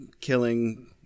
Killing